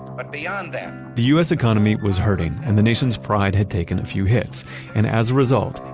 but beyond that, the u s. economy was hurting and the nation's pride had taken a few hits and as a result,